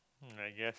I guess